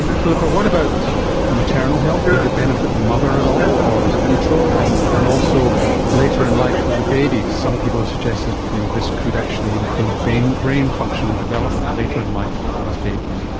and philippa, what about maternal health? does it benefit the mother at all or is it neutral? and and also later in life for the babies? some people have suggested this could actually improve brain brain function and development later in life for these babies.